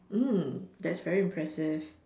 mm that's very impressive